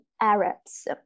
arabs